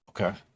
Okay